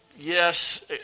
Yes